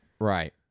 Right